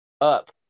up